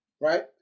right